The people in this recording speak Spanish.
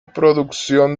producción